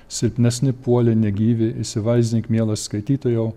silpnesni puolė negyvi įsivaizdink mielas skaitytojau